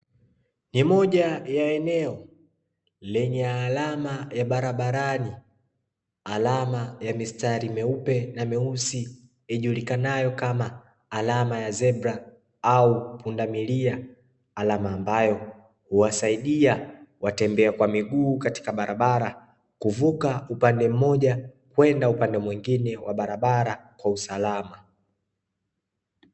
Ni moja ya eneo lenye alama ya barabarani, alama ya mistari myeupe na myeusi ijulikanayo kama alama ya zebra au pundamilia; alama ambayo huwasaidia watembea kwa miguu katika barabara kuvuka kutoka upande mmoja kwenda upande mwingine wa barabara kwa usalama.